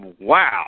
Wow